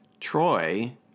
Troy